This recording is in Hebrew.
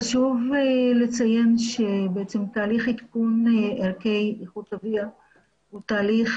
חשוב לציין שתהליך עדכון ערכי איכות אוויר הוא תהליך